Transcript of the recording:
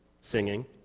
singing